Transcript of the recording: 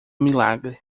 milagre